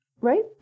right